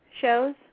shows